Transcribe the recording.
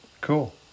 Cool